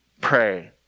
pray